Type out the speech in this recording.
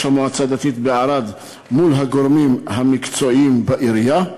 המועצה הדתית בערד מול הגורמים המקצועיים בעירייה.